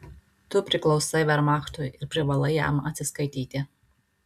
tu priklausai vermachtui ir privalai jam atsiskaityti